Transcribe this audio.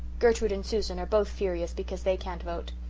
gertrude and susan are both furious because they can't vote.